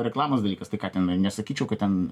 reklamos dalykas tai ką tenai nesakyčiau kad ten